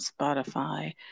spotify